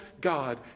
God